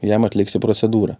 jam atliksi procedūrą